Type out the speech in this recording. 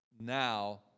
now